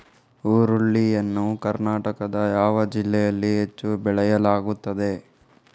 ಹುರುಳಿ ಯನ್ನು ಕರ್ನಾಟಕದ ಯಾವ ಜಿಲ್ಲೆಯಲ್ಲಿ ಹೆಚ್ಚು ಬೆಳೆಯಲಾಗುತ್ತದೆ?